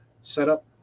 setup